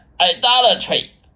idolatry